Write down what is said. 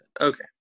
Okay